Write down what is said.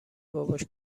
باباش